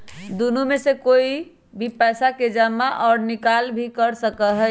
दुन्नो में से कोई भी पैसा के जमा और निकाल भी कर सका हई